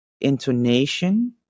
intonation